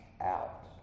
out